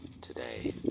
Today